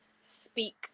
speak